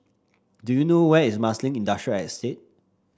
do you know where is Marsiling Industrial Estate